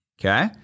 Okay